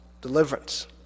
deliverance